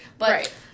Right